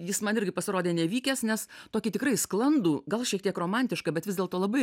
jis man irgi pasirodė nevykęs nes tokį tikrai sklandų gal šiek tiek romantišką bet vis dėlto labai